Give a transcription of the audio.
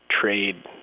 trade